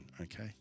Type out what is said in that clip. okay